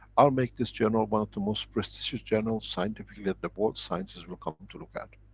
i'll make this journal one of the most prestigious journals scientifically that the world's sciences will come to look at,